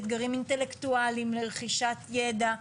אתגרים אינטלקטואליים לרכישת ידע,